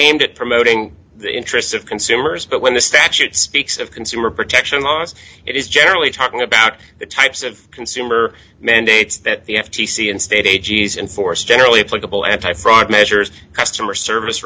aimed at promoting the interests of consumers but when the statute speaks of consumer protection laws it is generally talking about the types of consumer mandates that the f t c and state a g s enforce generally applicable anti fraud measures customer service